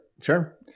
Sure